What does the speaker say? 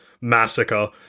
massacre